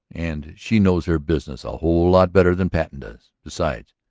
and she knows her business a whole lot better than patten does, besides.